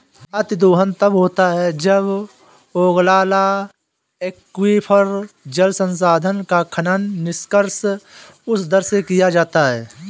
अतिदोहन तब होता है जब ओगलाला एक्वीफर, जल संसाधन का खनन, निष्कर्षण उस दर से किया जाता है